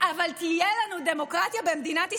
אבל תהיה לנו דמוקרטיה במדינת ישראל.